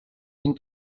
ben